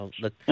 Look